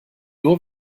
nur